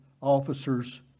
officers